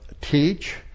teach